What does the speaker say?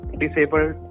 disabled